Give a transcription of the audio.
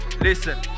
Listen